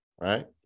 right